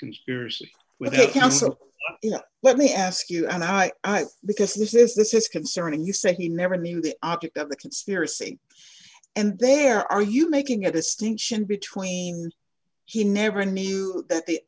conspiracy with the counsel you know let me ask you and i because this is this is concerning you said he never knew the object of the conspiracy and there are you making a distinction between he never knew that the